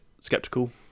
skeptical